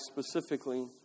specifically